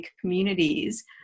communities